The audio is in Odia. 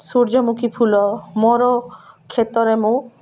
ସୂର୍ଯ୍ୟମୁଖୀ ଫୁଲ ମୋର କ୍ଷେତରେ ମୁଁ